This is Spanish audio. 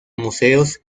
museos